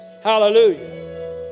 Hallelujah